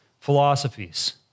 philosophies